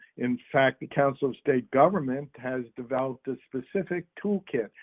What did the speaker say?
in fact, the council of state governments has developed a specific tool kit,